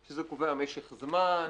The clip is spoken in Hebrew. שזה קובע משך זמן,